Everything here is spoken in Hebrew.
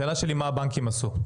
השאלה שלי מה הבנקים עשו?